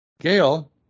Gail